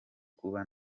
kuba